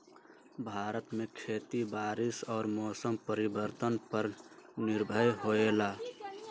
भारत में खेती बारिश और मौसम परिवर्तन पर निर्भर होयला